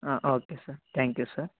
okay sir thank you sir